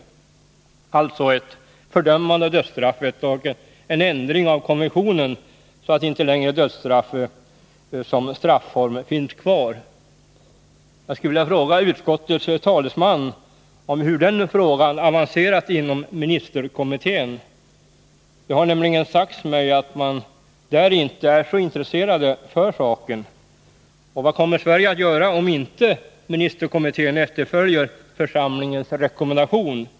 Det gäller alltså ett fördömande av dödsstraffet och en ändring av konventionen så att dödsstraff som strafform inte längre finns kvar. Jag skulle vilja fråga utskottets talesman hur den här frågan avancerat inom ministerkommittén. Det har nämligen sagts mig att man där inte är så intresserad av saken. Vad kommer Sverige att göra om inte ministerkommittén följer församlingens rekommendation?